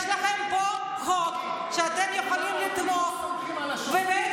יש לכם פה חוק שאתם יכולים לתמוך בו,